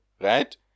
right